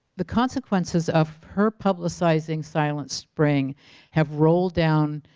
the consequences of her publicizing silent spring have rolled down